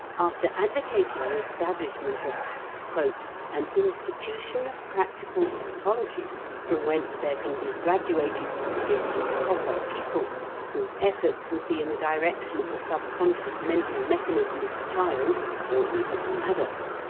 after advocating the establishment of an institution of practical psychology from whence there can be graduated fit and proper people whose efforts would be in the direction of the subconscious mental mechanism of the child or even the adult,